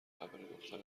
خبرهدختره